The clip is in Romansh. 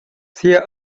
sia